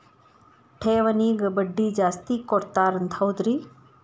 ಠೇವಣಿಗ ಬಡ್ಡಿ ಜಾಸ್ತಿ ಕೊಡ್ತಾರಂತ ಹೌದ್ರಿ?